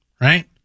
right